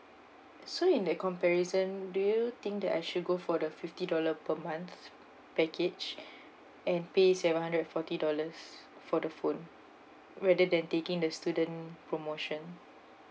so in that comparison do you think that I should go for the fifty dollar per month package and pay seven hundred forty dollars for the phone rather than taking the student promotion